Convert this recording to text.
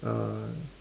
uh